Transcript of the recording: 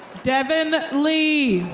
devin lee.